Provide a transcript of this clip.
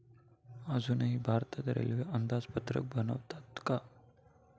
अजूनही भारतात रेल्वे अंदाजपत्रक बनवतात का?